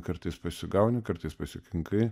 kartais pasigauni kartais pasikinkai